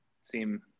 seem